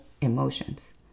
emotions